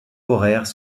horaires